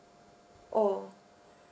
oh